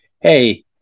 hey